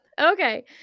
okay